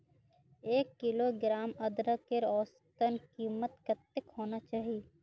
एक किलोग्राम अदरकेर औसतन कीमत कतेक होना चही?